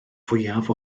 fwyaf